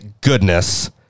goodness